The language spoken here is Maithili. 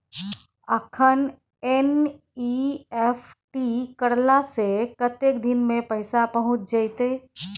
अखन एन.ई.एफ.टी करला से कतेक दिन में पैसा पहुँच जेतै?